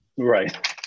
Right